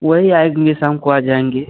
वही आएंगे ये शाम को आ जाएँगे